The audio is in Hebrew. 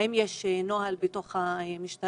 האם יש נוהל במשטרה?